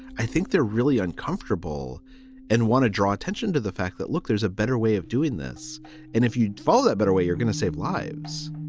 i think they're really uncomfortable and want to draw attention to the fact that, look, there's a better way of doing this and if you follow the better way, you're going to save lives